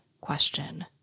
question